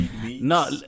no